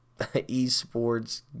esports